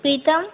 प्रीतम्